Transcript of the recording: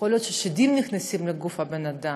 שיכול להיות ששדים נכנסים לגוף האדם,